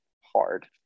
hard